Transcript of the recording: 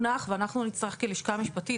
לא הונח ואנחנו נצטרך כלשכה משפטית,